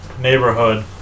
neighborhood